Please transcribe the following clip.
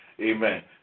Amen